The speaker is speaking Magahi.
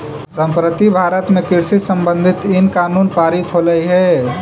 संप्रति भारत में कृषि संबंधित इन कानून पारित होलई हे